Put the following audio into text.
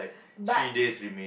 but